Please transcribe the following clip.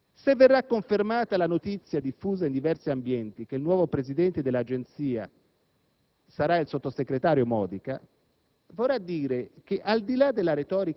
Perché, se verrà confermata la notizia diffusa in diversi ambienti che il nuovo presidente dell'Agenzia sarà il sottosegretario Modica,